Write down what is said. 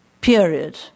period